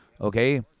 Okay